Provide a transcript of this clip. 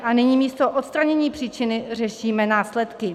A nyní místo odstranění příčiny řešíme následky.